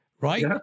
right